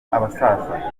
abasaza